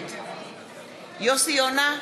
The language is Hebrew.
נגד יוסי יונה,